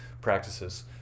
practices